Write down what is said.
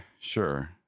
sure